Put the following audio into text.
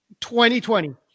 2020